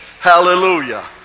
Hallelujah